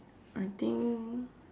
I think